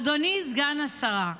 אדוני סגן השרה,